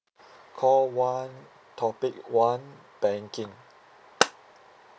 call one topic one banking